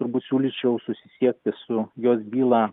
turbūt siūlyčiau susisiekti su jos bylą